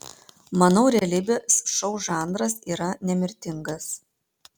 manau realybės šou žanras yra nemirtingas